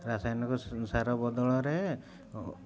ରାସାୟନିକ ସାର ବଦଳରେ